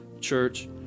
church